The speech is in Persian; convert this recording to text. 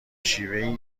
شیوهای